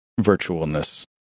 virtualness